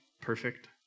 perfect